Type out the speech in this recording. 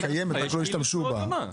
היא קיימת, אבל לא השתמשו בה.